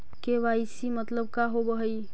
KYC मतलब का होव हइ?